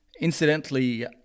Incidentally